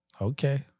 Okay